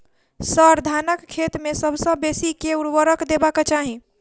sir, धानक खेत मे सबसँ बेसी केँ ऊर्वरक देबाक चाहि